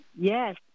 Yes